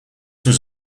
was